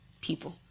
people